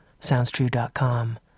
SoundsTrue.com